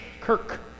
Kirk